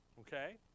Okay